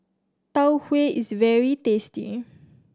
Tau Huay is very tasty